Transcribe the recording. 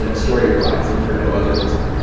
you know story wise and for no other reason.